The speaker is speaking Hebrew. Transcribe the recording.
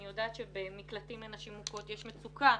אני יודעת שבמקלטים לנשים מוכות יש מצוקה.